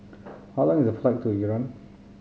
how long is the flight to Iran